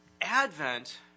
Advent